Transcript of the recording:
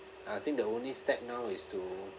I think the only step now is to